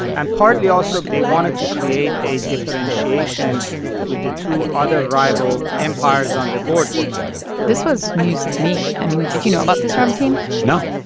and partly, also they wanted to create a differentiation with the two other rival empires on their borders this was news to me. i mean, did you know about this, ramtin? no.